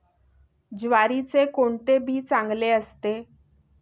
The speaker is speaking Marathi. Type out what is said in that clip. ज्वारीचे कोणते बी चांगले असते?